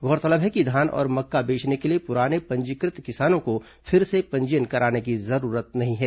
गौरतलब है कि धान और मक्का बेचने के लिए पुराने पंजीकृत किसानों को फिर से पंजीयन कराने की जरूरत नहीं है